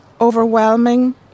overwhelming